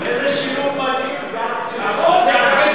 איזה שילוב מדהים, גפני.